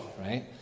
right